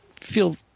feel